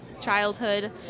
childhood